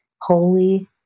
Holy